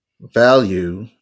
value